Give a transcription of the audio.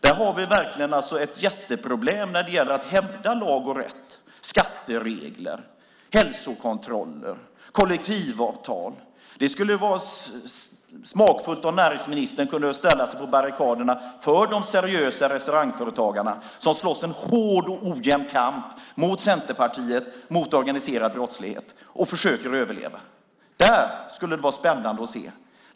Där har vi verkligen ett jätteproblem när det gäller att hävda lag och rätt, skatteregler, hälsokontroller och kollektivavtal. Det skulle vara smakfullt om näringsministern kunde ställa sig på barrikaderna och stå upp för de seriösa restaurangföretagare som slåss i en hård och ojämn kamp mot Centerpartiet och mot organiserad brottslighet och som försöker överleva. Det skulle vara spännande att se.